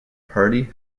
party